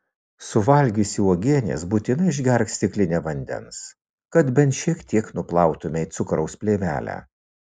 suvalgiusi uogienės būtinai išgerk stiklinę vandens kad bent šiek tiek nuplautumei cukraus plėvelę